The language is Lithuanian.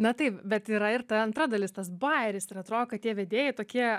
na taip bet yra ir ta antra dalis tas bajeris ir atrodo kad tie vedėjai tokie